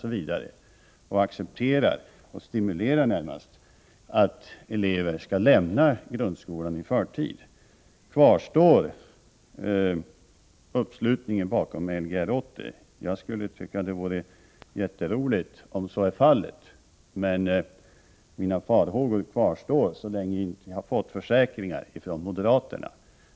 Moderaterna accepterar dessutom att elever lämnar grundskolan i förtid — ja, stimulerar dem närmast att göra det. Kvarstår uppslutningen bakom Lgr 80? Det vore jätteroligt om så är fallet, men jag fortsätter att hysa farhågor så länge jag inte har fått försäkringar från moderaterna.